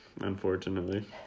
unfortunately